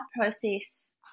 process